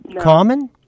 common